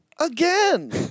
Again